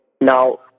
Now